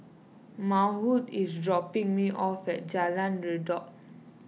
Maude is dropping me off at Jalan Redop